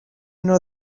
know